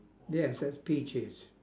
yes that's peaches